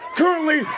currently